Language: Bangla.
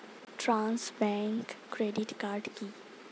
ট্রাস্ট ব্যাংক ক্রেডিট কার্ড কি?